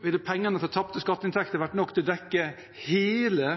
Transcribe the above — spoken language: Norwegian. ville pengene fra tapte skatteinntekter ha vært nok til å dekke hele